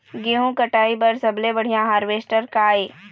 गेहूं कटाई बर सबले बढ़िया हारवेस्टर का ये?